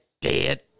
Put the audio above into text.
dead